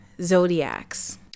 Zodiacs